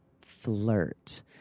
Flirt